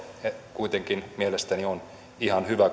kuitenkin mielestäni on ihan hyvä